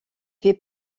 fait